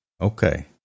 Okay